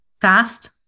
Fast